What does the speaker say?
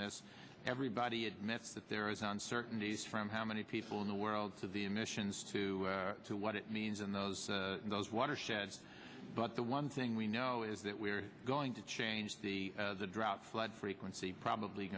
this everybody admits that there is uncertainties from how many people in the world to the emissions to to what it means in those in those watershed but the one thing we know is that we're going to change the drought flood frequency probably